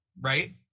right